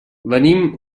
venim